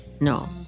no